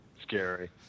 Scary